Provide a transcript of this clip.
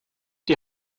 die